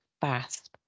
fast